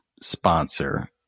sponsor